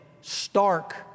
stark